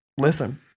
Listen